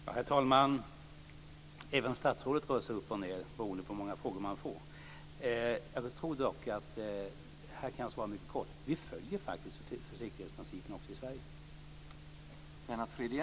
Herr talman! Även statsråden får röra sig upp och ned, beroende på hur många frågor som vi får. Jag tror att jag kan svara mycket kort: Vi följer faktiskt försiktighetsprincipen också i Sverige.